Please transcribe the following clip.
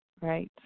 Right